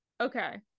okay